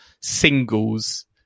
singles